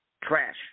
trash